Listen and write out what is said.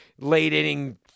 late-inning